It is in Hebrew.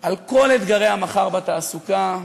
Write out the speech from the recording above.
על כל אתגרי המחר בתעסוקה,